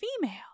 female